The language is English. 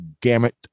gamut